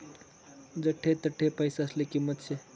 जठे तठे पैसासले किंमत शे